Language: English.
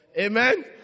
Amen